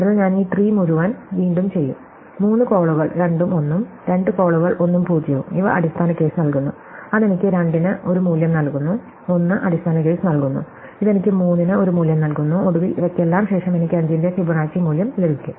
അതിനാൽ ഞാൻ ഈ ട്രീ മുഴുവൻ വീണ്ടും ചെയ്യും 3 കോളുകൾ 2 ഉം 1 ഉം 2 കോളുകൾ 1 ഉം 0 ഉം ഇവ അടിസ്ഥാന കേസ് നൽകുന്നു അത് എനിക്ക് 2 ന് ഒരു മൂല്യം നൽകുന്നു 1 അടിസ്ഥാന കേസ് നൽകുന്നു ഇത് എനിക്ക് 3 ന് ഒരു മൂല്യം നൽകുന്നു ഒടുവിൽ ഇവയ്ക്കെല്ലാം ശേഷം എനിക്ക് 5 ന്റെ ഫിബൊനാച്ചി മൂല്യം ലഭിക്കും